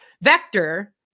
Vector